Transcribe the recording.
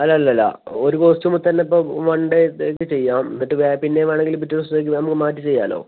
അല്ല അല്ല അല്ല ഒരു കോസ്റ്യൂമിൽ തന്നെ ഇപ്പോൾ വൺ ഡേ ഇതായിട്ട് ചെയ്യാം എന്നിട്ട് വേ പിന്നെ വേണമെങ്കിൽ പിറ്റേ ദിവിസത്തേക്ക് നമുക്ക് മാറ്റി ചെയ്യാമല്ലോ